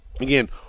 again